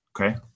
Okay